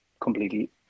completely